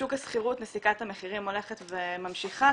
בשוק השכירות נסיקת המחירים הולכת וממשיכה,